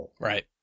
Right